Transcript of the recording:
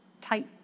tight